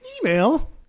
email